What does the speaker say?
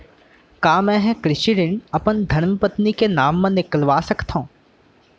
का मैं ह कृषि ऋण अपन धर्मपत्नी के नाम मा निकलवा सकथो?